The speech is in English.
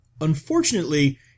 Unfortunately